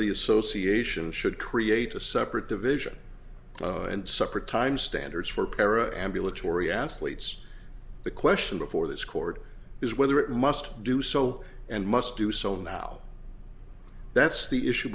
the association should create a separate division and suppertime standards for para ambulatory athletes the question before this court is whether it must do so and must do so now that's the issue